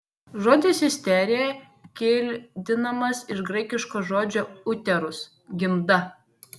žodis isterija kildinamas iš graikiško žodžio uterus gimda